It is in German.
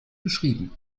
beschrieben